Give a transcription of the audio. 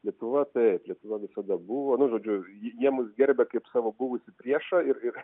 lietuva taip lietuva visada buvo nu žodžiu jie mus gerbia kaip savo buvusį priešą ir ir